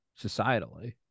societally